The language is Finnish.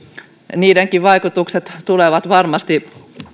niidenkin vaikutukset tulevat varmasti